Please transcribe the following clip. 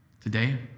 Today